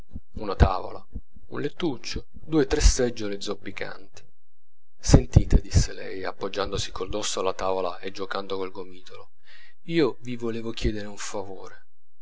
una tavola un lettuccio due o tre seggiole zoppicanti sentite disse lei appoggiandosi col dosso alla tavola e giuocando col gomitolo io vi volevo chiedere un favore